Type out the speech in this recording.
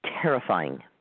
terrifying